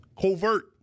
covert